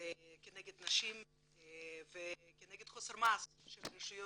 נגד נשים ונגד חוסר מעש של הרשויות,